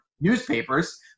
Newspapers